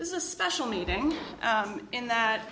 this is a special meeting in that